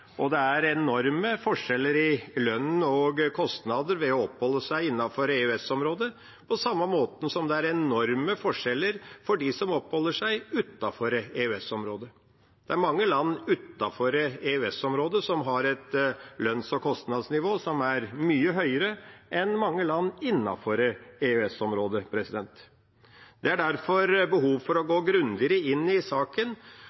Det er enorme forskjeller i lønn og kostnader ved å oppholde seg innenfor EØS-området, på samme måten som det er enorme forskjeller for dem som oppholder seg utenfor EØS-området. Det er mange land utenfor EØS-området som har et lønns- og kostnadsnivå som er mye høyere enn mange land innenfor EØS-området. Det er derfor behov for å gå grundigere inn i saken,